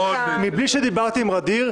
מבלי שדיברתי עם ע'דיר,